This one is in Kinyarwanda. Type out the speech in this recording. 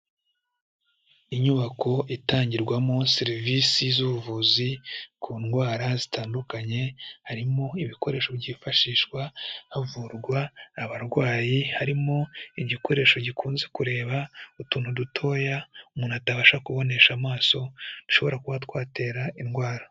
Inyubako itangirwamo serivisi z'ubuvuzi ku ndwara zitandukanye, harimo ibikoresho byifashishwa havurwa abarwayi, harimo igikoresho gikunze kureba utuntu dutoya umuntu atabasha kubonesha amaso dushobora kuba twatera indwara.